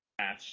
Match